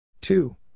two